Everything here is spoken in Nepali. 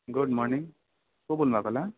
गुड मर्निङ को बोल्नु भएको होला